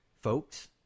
folks